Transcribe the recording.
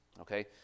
okay